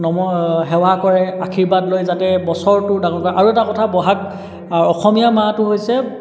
নম সেৱা কৰে আশীৰ্বাদ লয় যাতে বছৰটো আৰু এটা কথা বহাগ অসমীয়া মাহটো হৈছে